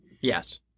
Yes